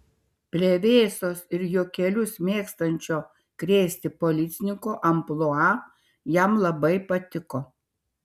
plevėsos ir juokelius mėgstančio krėsti policininko amplua jam labai tiko